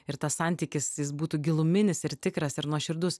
ir tas santykis jis būtų giluminis ir tikras ir nuoširdus